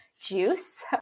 juice